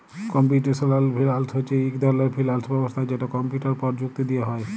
computational finance হছে ইক ধরলের ফিল্যাল্স ব্যবস্থা যেট কম্পিউটার পরযুক্তি দিঁয়ে হ্যয়